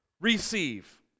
receive